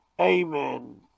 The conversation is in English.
Amen